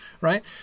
right